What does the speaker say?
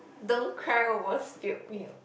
don't cry over spilt milk